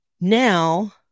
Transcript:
Now